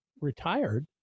retired